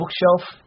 Bookshelf